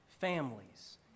families